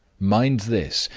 mind this!